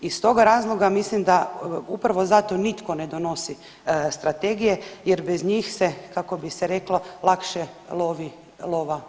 Iz toga razloga mislim da upravo zato nitko ne donosi strategije jer bez njih se kako bi se reklo lakše lovi lova u mutnom.